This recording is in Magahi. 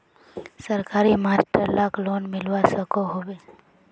सरकारी मास्टर लाक लोन मिलवा सकोहो होबे?